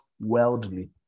worldly